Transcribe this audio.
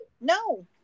No